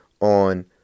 on